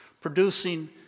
producing